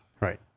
Right